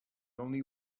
only